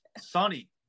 sunny